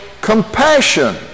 compassion